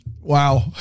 Wow